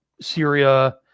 Syria